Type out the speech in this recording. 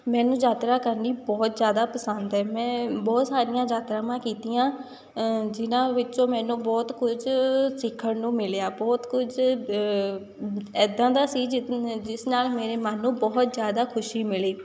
ਮੈਨੂੰ ਯਾਤਰਾ ਕਰਨੀ ਬਹੁਤ ਜ਼ਿਆਦਾ ਪਸੰਦ ਹੈ ਮੈਂ ਬਹੁਤ ਸਾਰੀਆਂ ਯਾਤਰਾਵਾਂ ਕੀਤੀਆਂ ਜਿਨਾਂ ਵਿੱਚੋਂ ਮੈਨੂੰ ਬਹੁਤ ਕੁਝ ਸਿੱਖਣ ਨੂੰ ਮਿਲਿਆ ਬਹੁਤ ਕੁਝ ਇੱਦਾਂ ਦਾ ਸੀ ਜਿ ਜਿਸ ਨਾਲ ਮੇਰੇ ਮਨ ਨੂੰ ਬਹੁਤ ਜ਼ਿਆਦਾ ਖੁਸ਼ੀ ਮਿਲੀ